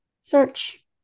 search